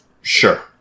Sure